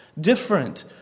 different